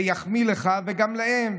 זה יחמיא לך וגם להם,